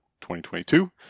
2022